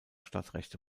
stadtrechte